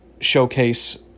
showcase